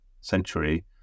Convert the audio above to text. century